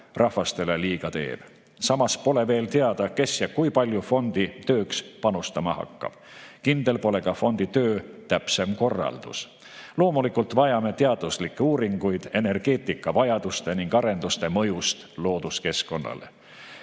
rahvastele liiga teeb. Samas pole veel teada, kes ja kui palju fondi tööks panustama hakkab. Kindel pole ka fondi töö täpsem korraldus. Loomulikult vajame teaduslikke uuringuid energeetikavajaduste ning ‑arenduste mõjust looduskeskkonnale.